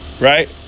right